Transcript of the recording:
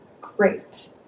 great